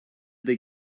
they